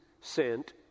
sent